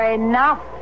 enough